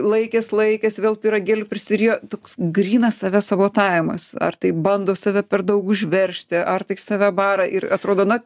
laikės laikės vėl pyragėlių prisirijo toks grynas savęs sabotavimas ar tai bando save per daug užveržti ar tik save bara ir atrodo na